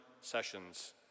sessions